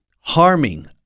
harming